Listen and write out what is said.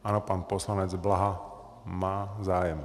Ano, pan poslanec Blaha má zájem.